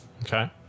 Okay